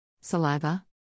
saliva